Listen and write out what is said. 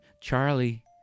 Charlie